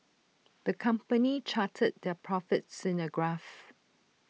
the company charted their profits in A graph